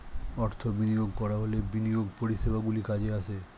অর্থ বিনিয়োগ করা হলে বিনিয়োগ পরিষেবাগুলি কাজে আসে